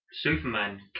Superman